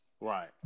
Right